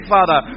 Father